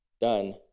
done